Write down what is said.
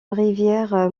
rivière